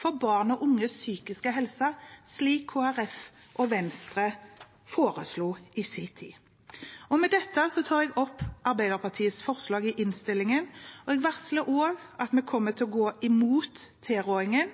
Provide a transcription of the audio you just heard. for barn og unges psykiske helse – slik Kristelig Folkeparti og Venstre foreslo i sin tid. Med dette tar jeg opp Arbeiderpartiets forslag i innstillingen, og jeg varsler også at vi kommer til å gå imot tilrådingen.